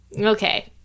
Okay